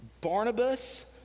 Barnabas